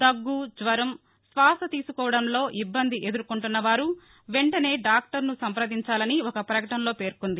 దగ్గు జ్వరం శ్వాస తీసుకోవడంలో ఇబ్బంది ఎదుర్కొంటున్న వారు వెంటనే డాక్టర్ను సంప్రదించాలని ఒక ప్రకటనలో పేర్కొంది